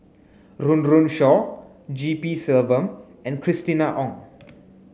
Run Run Shaw G P Selvam and Christina Ong